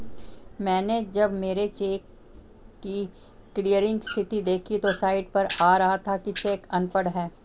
मैनें जब मेरे चेक की क्लियरिंग स्थिति देखी तो साइट पर आ रहा था कि चेक अनपढ़ है